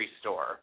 store